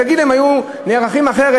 תגיד להם, הם היו נערכים אחרת.